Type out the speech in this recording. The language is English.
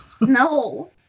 No